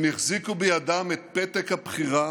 הם החזיקו בידם את פתק הבחירה